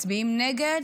היו מצביעים נגד,